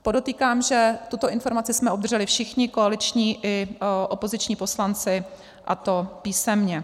Podotýkám, že tuto informaci jsme obdrželi všichni koaliční i opoziční poslanci, a to písemně.